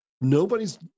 Nobody's